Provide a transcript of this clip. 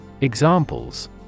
Examples